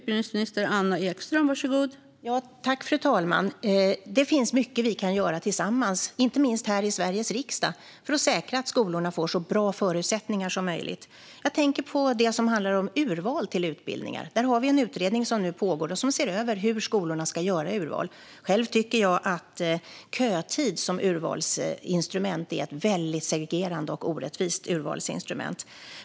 Fru talman! Det finns mycket vi kan göra tillsammans, inte minst här i Sveriges riksdag, för att säkra att skolorna får så bra förutsättningar som möjligt. Jag tänker på det som handlar om urval till utbildningar. Där har vi en utredning som nu pågår och som ser över hur skolorna ska göra urval. Själv tycker jag att kötid som urvalsinstrument är väldigt segregerande och orättvist.